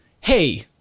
Hey